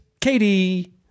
Katie